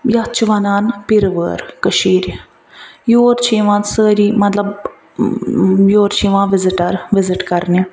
یتھ چھِ ونان پِرٕوٲر کشیٖرِ یوٚر چھِ یِوان سٲری مطلب یور چھِ یِوان وِزٹر وِزٹ کرنہِ